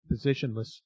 positionless